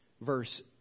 verse